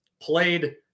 played